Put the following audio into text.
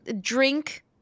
drink